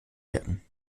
werden